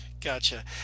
Gotcha